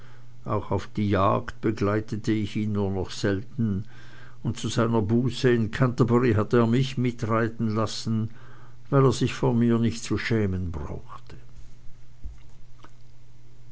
auch auf die jagd begleitete ich ihn nur noch selten und zu seiner buße in canterbury hatte er mich mitreiten lassen weil er sich vor mir nicht zu schämen brauchte